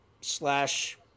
slash